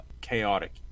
chaotic